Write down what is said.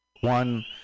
one